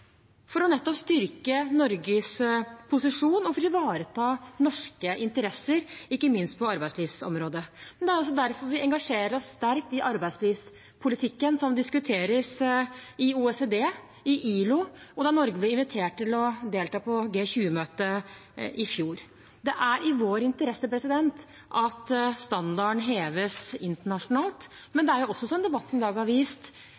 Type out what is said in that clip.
nettopp å styrke Norges posisjon og for å ivareta norske interesser, ikke minst på arbeidslivsområdet. Det er også derfor vi engasjerer oss sterkt i arbeidslivspolitikken som diskuteres i OECD og i ILO, og da Norge ble invitert til å delta på G20-møtet i fjor. Det er i vår interesse at standarden heves internasjonalt. Men det er også, som debatten i dag har vist,